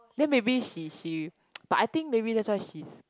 then maybe she but I think that's why maybe she